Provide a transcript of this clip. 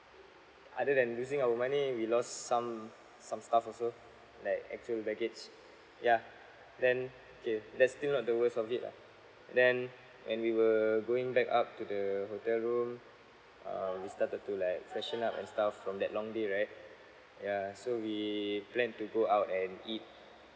other than losing our money we lost some some stuff also like actual baggage yeah then okay that's still not the worst of it lah and then when we were going back up to the hotel room um we started to like freshen up and stuff from that long day right ya so we planned to go out and eat